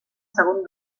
segon